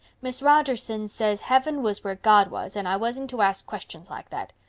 miss rogerson said heaven was where god was and i wasn't to ask questions like that.